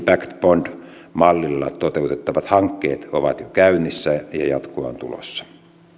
bond mallilla toteutettavat hankkeet ovat jo käynnissä ja jatkoa on tulossa